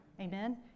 Amen